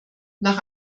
nach